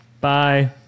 bye